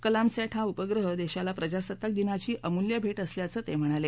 कलामसॅट हा उपग्रह देशाला प्रजासत्ताक दिनाची अमूल्य भेट असल्याचं ते म्हणाले